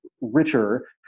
richer